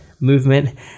movement